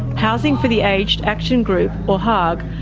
housing for the aged action group, or haag,